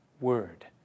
word